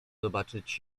zobaczyć